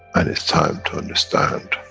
and it's time to understand,